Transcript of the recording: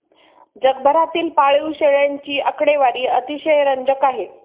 जगभरातील पाळीव शेळ्यांची आकडेवारी अतिशय रंजक आहे